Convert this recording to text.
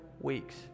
weeks